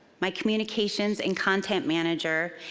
my communications and content manager,